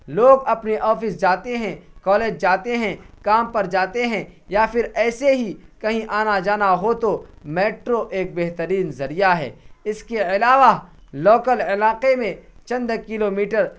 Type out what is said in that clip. لوگ اپنے آفس جاتے ہیں کالج جاتے ہیں کام پر جاتے ہیں یا پھر ایسے ہی کہیں آنا جانا ہو تو میٹرو ایک بہترین ذریعہ ہے اس کے علاوہ لوکل علاقے میں چند کلو میٹر